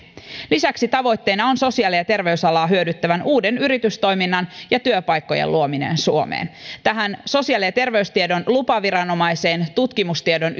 lisäksi tavoitteena on sosiaali ja terveysalaa hyödyttävän uuden yritystoiminnan ja työpaikkojen luominen suomeen tähän sosiaali ja terveystiedon lupaviranomaiseen tutkimustiedon